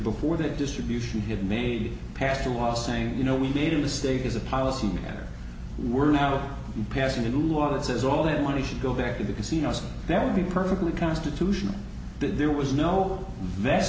before the distribution it made passed a law saying you know we made a mistake as a policy matter we're now passing a law that says all that money should go back to the casinos there would be perfectly constitutional there was no ves